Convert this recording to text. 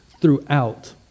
throughout